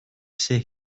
ise